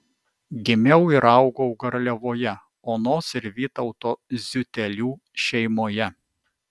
gimiau ir augau garliavoje onos ir vytauto ziutelių šeimoje